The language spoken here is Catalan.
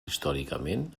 històricament